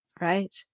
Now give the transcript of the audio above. right